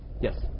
Yes